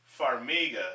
Farmiga